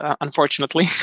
unfortunately